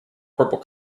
purple